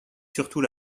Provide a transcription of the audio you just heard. surtout